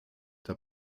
der